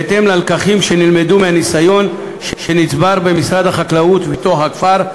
בהתאם ללקחים שנלמדו מהניסיון שנצבר במשרד החקלאות ופיתוח הכפר,